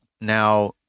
now